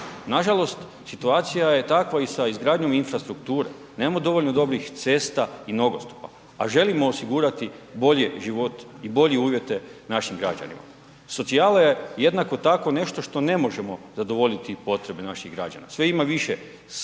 Nažalost, situacija je takva i sa izgradnjom infrastrukture, nemamo dovoljno dobrih cesta i nogostupa, a želimo osigurati bolji život i bolje uvjete našim građanima. Socijala je jednako tako nešto što ne možemo zadovoljiti potrebe naših građana, sve ima više siromašnih